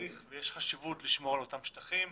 שצריך ויש חשיבות לשמור על אותם שטחים,